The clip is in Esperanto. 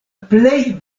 plej